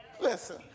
Listen